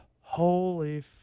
holy